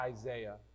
isaiah